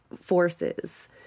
forces